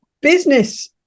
business